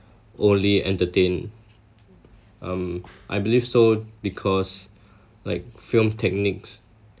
only entertain um I believe so because like film techniques